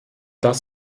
das